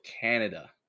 Canada